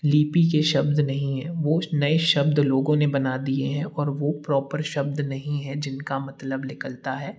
लीपी के शब्द नहीं हैं वो नए शब्द लोगों ने बना दिए हैं और वो प्रोपर शब्द नहीं है जिनका मतलब निकलता है